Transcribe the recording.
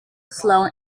sloan